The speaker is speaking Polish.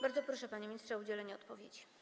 Bardzo proszę, panie ministrze, o udzielenie odpowiedzi.